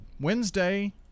Wednesday